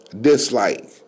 dislike